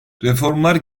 reformlar